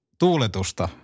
tuuletusta